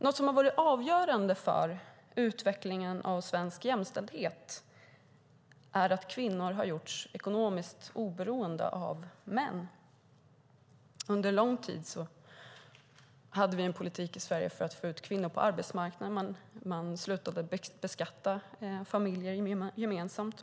Något som har varit avgörande för utvecklingen av svensk jämställdhet är att kvinnor har gjorts ekonomiskt oberoende av män. Under lång tid hade vi en politik i Sverige för att få ut kvinnor på arbetsmarknaden. Man slutade beskattade familjer gemensamt.